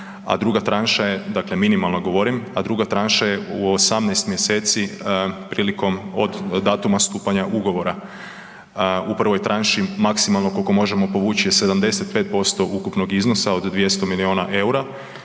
a druga tranša, dakle minimalno govorim, a druga tranša je u 18 mjeseci prilikom, od datuma stupanja ugovora. U prvoj tranši maksimalno koliko možemo povući je 75% ukupnog iznosa od 200 milijuna eura